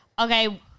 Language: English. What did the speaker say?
okay